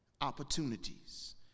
opportunities